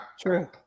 True